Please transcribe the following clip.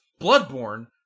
Bloodborne